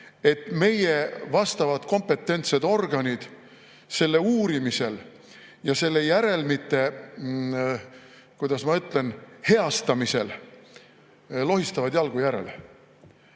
et meie vastavad kompetentsed organid selle uurimisel ja selle järelmite, kuidas ma ütlen, heastamisel lohistavad jalgu järele.